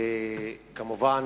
וזה כמובן